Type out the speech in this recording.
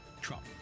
Trump